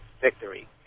victory